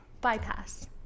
Bypass